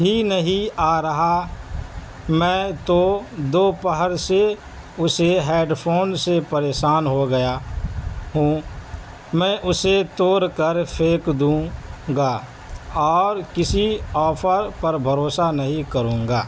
ہی نہیں آ رہا میں تو دوپہر سے اسے ہیڈ فون سے پریشان ہوگیا ہوں میں اسے توڑ کر پھینک دوں گا اور کسی آفر پر بھروسہ نہیں کروں گا